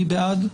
מי בעד?